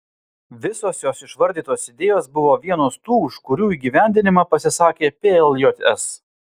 visos jos išvardytos idėjos buvo vienos tų už kurių įgyvendinimą pasisakė pljs